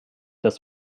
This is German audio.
das